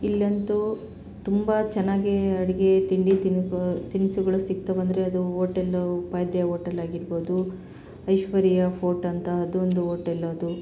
ಇಲ್ಲಂತೂ ತುಂಬ ಚೆನ್ನಾಗೇ ಅಡಿಗೆ ತಿಂಡಿ ತಿನಿ ತಿನಿಸುಗಳು ಸಿಗ್ತವಂದರೆ ಅದು ಓಟೆಲ್ಲು ಉಪಾಧ್ಯಾ ಓಟೆಲ್ಲಾಗಿರ್ಬೋದು ಐಶ್ವರ್ಯ ಫೋರ್ಟ್ ಅಂತ ಅದೊಂದು ಓಟೆಲ್ ಅದು